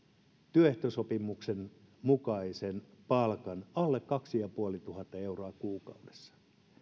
työehtosopimuksen mukaisen palkan alle kaksituhattaviisisataa euroa kuukaudessa